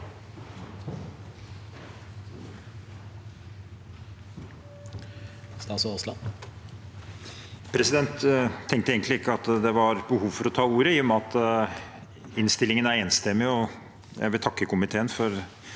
Jeg tenkte egent- lig ikke at det var behov for å ta ordet i og med at innstillingen er enstemmig. Jeg vil takke komiteen for